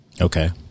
okay